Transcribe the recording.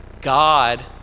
God